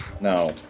No